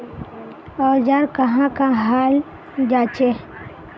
औजार कहाँ का हाल जांचें?